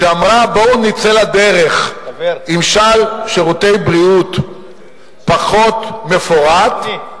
גם כיושב-ראש ועדת הכלכלה,